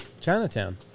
Chinatown